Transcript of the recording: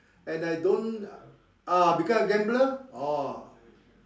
and I don't ah become a gambler orh